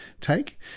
take